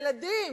ילדים,